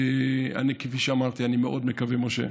כפי שאמרתי, אני מאוד מקווה, משה,